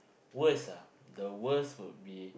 worst ah the worst would be